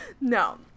no